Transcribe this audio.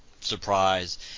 surprise